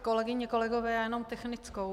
Kolegyně, kolegové, já jenom technickou.